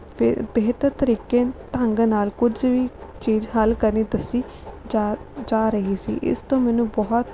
ਫਿਰ ਬਿਹਤਰ ਤਰੀਕੇ ਢੰਗ ਨਾਲ ਕੁਝ ਵੀ ਚੀਜ਼ ਹੱਲ ਕਰਨੀ ਦੱਸੀ ਜਾ ਜਾ ਰਹੀ ਸੀ ਇਸ ਤੋਂ ਮੈਨੂੰ ਬਹੁਤ